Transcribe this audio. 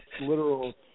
literal